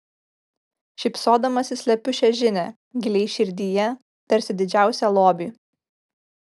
šypsodamasi slepiu šią žinią giliai širdyje tarsi didžiausią lobį